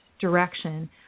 direction